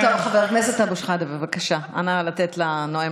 חבר הכנסת אבו שחאדה,